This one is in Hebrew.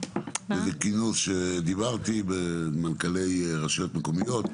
שלשום בכינוס של מנכ"לי רשויות מקומיות.